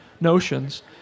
notions